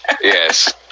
Yes